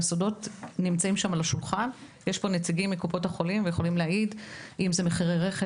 והסודות נמצאים שם על השולחן אם זה מחירי רכש,